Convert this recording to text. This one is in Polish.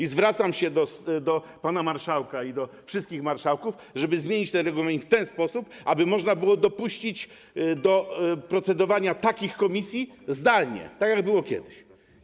I zwracam się do pana marszałka i do wszystkich marszałków o to, żeby zmienić ten regulamin w taki sposób, aby można było dopuścić do procedowania w takich komisjach zdalnie, tak jak było kiedyś.